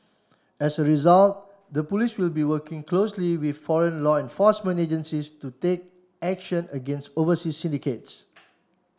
as a result the police will be working closely with foreign law enforcement agencies to take action against overseas syndicates